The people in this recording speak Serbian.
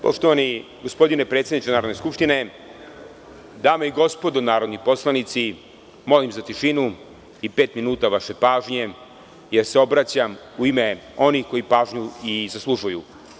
Poštovani gospodine predsedniče Narodne skupštine, dame i gospodo narodni poslanici, molim za tišinu i pet minu ta vaše pažnje, jer se obraćam u ime onih koji pažnju i zaslužuju.